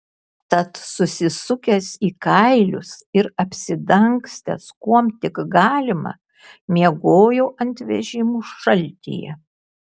tad susisukęs į kailius ir apsidangstęs kuom tik galima miegojau ant vežimų šaltyje